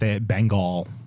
Bengal